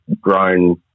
grown